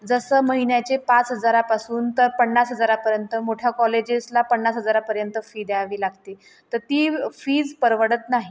जसं महिन्याचे पाच हजारापासून ते पन्नास हजारापर्यंत मोठ्या कॉलेजेसला पन्नास हजारापर्यंत फी द्यावी लागते तर ती फीज परवडत नाही